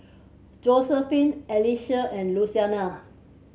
Josephine Alicia and Luciana